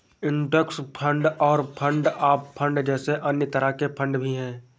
index fund और fund of fund जैसे अन्य तरह के फण्ड भी हैं